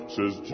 Says